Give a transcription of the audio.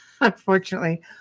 unfortunately